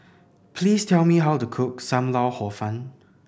please tell me how to cook Sam Lau Hor Fun